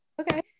okay